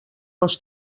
pels